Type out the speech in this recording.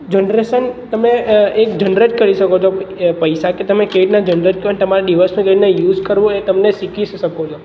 generation તમે એક generate કરી શકો છો એ પૈસા કે તમે કેવી રીતના જનરેટ કરો ને તમારા ડિવાઇસનું કેવી રીતના યુસ કરવું એ તમને શીખી શકો છો